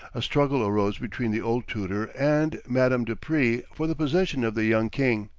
a struggle arose between the old tutor and madame de prie for the possession of the young king.